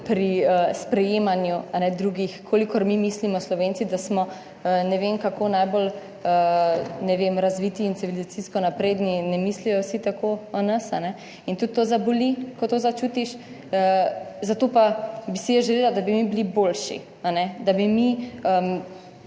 pri sprejemanju drugih, kolikor mi mislimo, Slovenci, da smo, ne vem, kako najbolj, ne vem, razviti in civilizacijsko napredni in ne mislijo vsi tako o nas, in tudi to zaboli, ko to začutiš, zato pa bi si jaz želela, da bi mi bili boljši, da bi mi